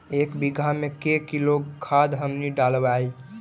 एक बीघा मे के किलोग्राम खाद हमनि डालबाय?